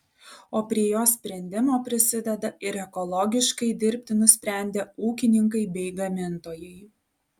o prie jos sprendimo prisideda ir ekologiškai dirbti nusprendę ūkininkai bei gamintojai